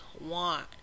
want